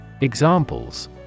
Examples